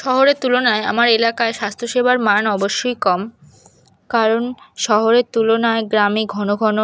শহরের তুলনায় আমার এলাকায় স্বাস্থ্য সেবার মান অবশ্যই কম কারণ শহরের তুলনায় গ্রামে ঘন ঘন